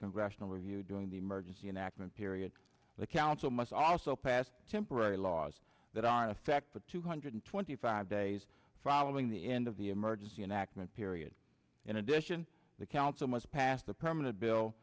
congressional review doing the emergency enactment period the council must also pass temporary laws that are in effect for two hundred twenty five days following the end of the emergency enactment period in addition the council must pass the permanent bill